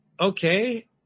okay